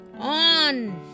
On